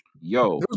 Yo